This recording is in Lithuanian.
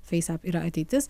feis ep yra ateitis